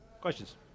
Questions